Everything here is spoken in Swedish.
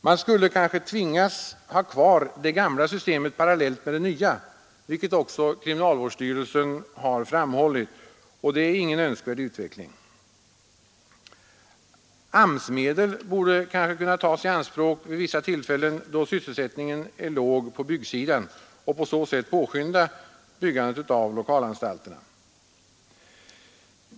Man skulle kanske tvingas ha kvar det gamla systemet parallellt med det nya, vilket också kriminalvårdsstyrelsen framhållit, och det är ingen önskvärd utveckling. AMS-medel borde kunna tas i anspråk vid vissa tillfällen, då sysselsättningen är låg på byggsidan. På så sätt kunde byggandet av lokalanstalterna påskyndas.